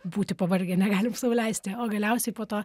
būti pavargę negalim sau leisti o galiausiai po to